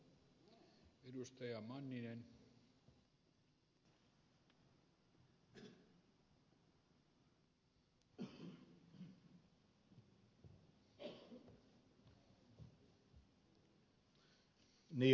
arvoisa puhemies